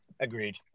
Agreed